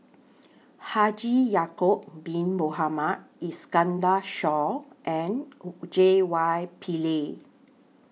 Haji Ya'Acob Bin Mohamed Iskandar Shah and J Y Pillay